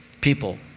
people